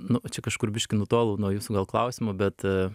nu čia kažkur biškį nutolau nuo jūsų gal klausimo bet